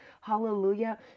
Hallelujah